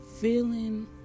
feeling